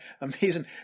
amazing